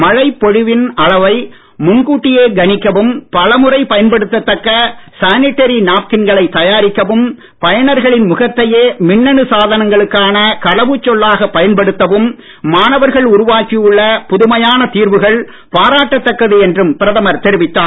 மழைப் பொழிவின் அளவை முன் கூட்டியே கணிக்கவும் பலமுறை பயன்படுத்த தக்க சானிடரி நாப்கின்களை தயாரிக்கவும் பயனர்களின் முகத்தையே மின்னணு சாதனங்களுக்கான கடவுச் சொல்லாக பயன்படுத்தவும் மாணவர்கள் உருவாக்கியுள்ள புதுமையான தீர்வுகள் பாராட்டத்தக்கது என்று பிரதமர் தெரிவித்தார்